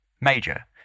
Major